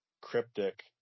cryptic